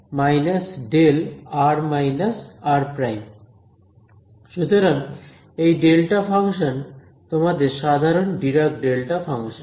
সুতরাং এই delta function তোমাদের সাধারণ ডিরাক ডেলটা ফাংশন